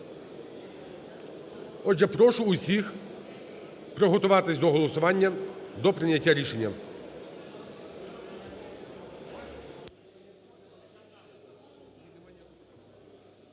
Отже, прошу усіх приготуватись до голосування, до прийняття рішення.